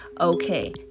Okay